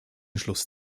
schluss